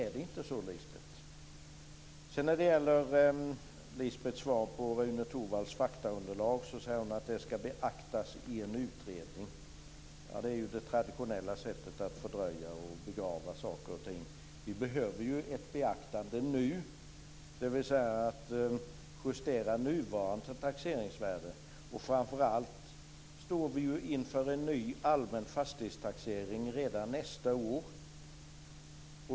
Är det inte så, Lisbeth Staaf-Igelström? När det gäller Rune Torwalds faktaunderlag säger Lisbeth Staaf-Igelström att det ska beaktas i en utredning. Ja, det är ju det traditionella sättet att fördröja och begrava saker och ting. Vi behöver ju ett beaktande nu, dvs. att justera nuvarande taxeringsvärden. Framför allt står vi inför en ny allmän fastighetstaxering redan nästa år.